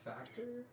Factor